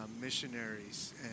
missionaries